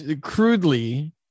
crudely